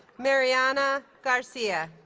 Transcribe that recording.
mariana garcia